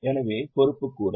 எனவே பொறுப்புக்கூறல்